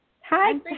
Hi